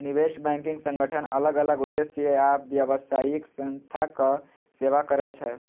निवेश बैंकिंग संगठन अलग अलग उद्देश्य आ व्यावसायिक संस्थाक सेवा करै छै